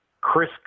Chris